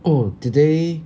oh did they